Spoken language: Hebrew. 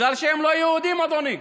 בגלל שהם לא יהודים, אדוני,